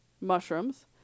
mushrooms